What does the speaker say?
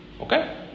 Okay